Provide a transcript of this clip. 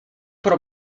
pro